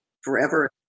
forever